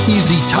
Easy